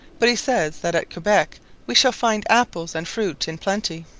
but he says, that at quebec we shall find apples and fruit in plenty.